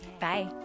Bye